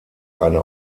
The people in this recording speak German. eine